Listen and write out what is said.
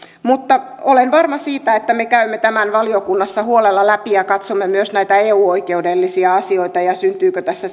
mutta olen varma siitä että me käymme tämän valiokunnassa huolella läpi ja katsomme myös näitä eu oikeudellisia asioita ja sitä syntyykö tässä